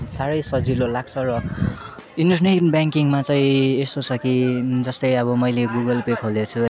साह्रै सजिलो लाग्छ र इन्टरनेट ब्याङ्किङमा चाहिँ यस्तो छ कि जस्तै अब मैले गुगल पे खोलेको छु